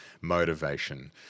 motivation